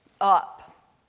up